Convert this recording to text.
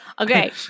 okay